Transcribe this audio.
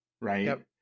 right